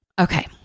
Okay